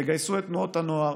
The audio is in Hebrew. תגייסו את תנועות הנוער,